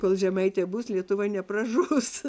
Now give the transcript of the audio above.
kol žemaitė bus lietuva nepražus